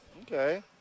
okay